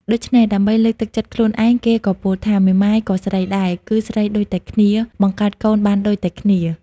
ដូច្នេះ ដើម្បីលើកទឹកចិត្តខ្លួនឯង គេក៏ពោលថា មេម៉ាយក៏ស្រីដែរ គឺស្រីដូចតែគ្នា បង្កើតកូនបានដូចតែគ្នា ។